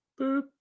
boop